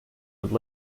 would